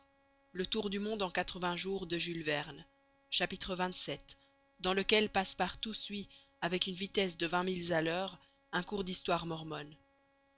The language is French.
xxvii dans lequel passepartout suit avec une vitesse de vingt milles a l'heure un cours d'histoire mormone